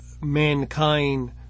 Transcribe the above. mankind